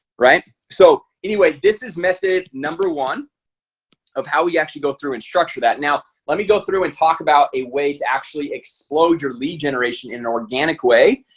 right? so anyway this is method number one of how we actually go through and structure that now let me go through and talk about a way to actually explode your lead generation in an organic way.